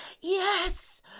yes